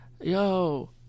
Yo